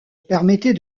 permettait